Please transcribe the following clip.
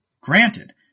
Granted